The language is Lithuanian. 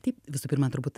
tai visų pirma turbūt